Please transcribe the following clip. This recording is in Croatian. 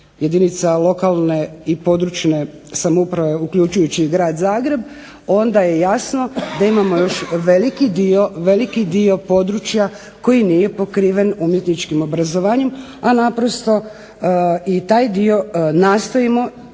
jedinica lokalne i područne samouprave uključujući i Grad Zagreb onda je jasno da imamo još veliki dio područja koji nije pokriven umjetničkim obrazovanjem, a naprosto i taj dio nastojimo